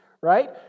right